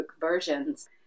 versions